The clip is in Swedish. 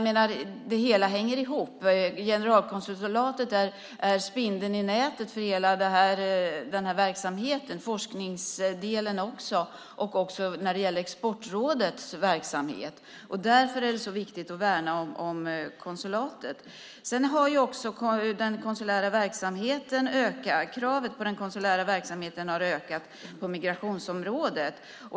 Men det hela hänger ihop. Generalkonsulatet är spindeln i nätet för hela denna verksamhet, även forskningsdelen och Exportrådets verksamhet. Därför är det så viktigt att värna om konsulatet. Den konsulära verksamheten har också ökat. Kraven på den konsulära verksamheten har ökat på migrationsområdet.